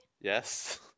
Yes